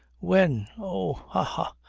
when! oh! ha! ha!